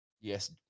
Yes